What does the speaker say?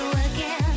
again